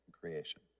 creation